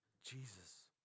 Jesus